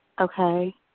Okay